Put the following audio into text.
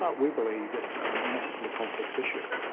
but we believe it's a massively complex issue,